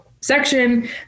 section